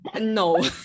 no